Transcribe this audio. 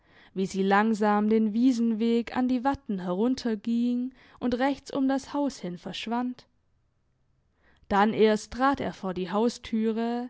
wie sie langsam den wiesenweg an die watten herunterging und rechts um das haus hin verschwand dann erst trat er vor die haustüre